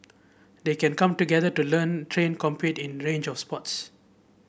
they can come together to learn train compete in range of sports